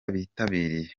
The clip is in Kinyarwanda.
bitabiriye